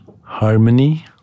harmony